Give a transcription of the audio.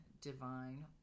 divine